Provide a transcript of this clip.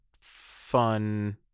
fun